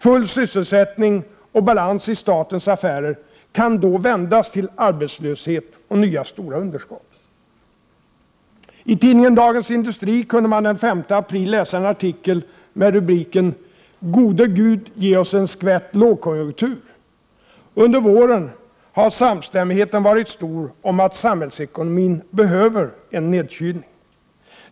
Full sysselsättning och balans i statens affärer kan då vändas till arbetslöshet och nya stora underskott. I tidningen Dagens Industri kunde man den 5 april läsa en artikel med rubriken ”Gode Gud, ge oss en skvätt lågkonjunktur”. Under våren har samstämmigheten varit stor om att samhällsekonomin behöver en nedkylning.